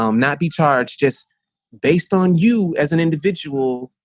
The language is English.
um not be charged just based on you as an individual.